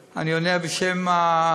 להוכיח כי אתם מתכוונים למה שאתם אומרים